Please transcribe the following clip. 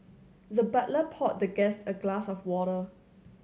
the butler poured the guest a glass of water